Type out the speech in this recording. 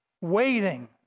waiting